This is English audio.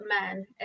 man